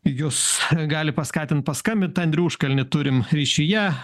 jus gali paskatint paskambint andrių užkalnį turim ryšyje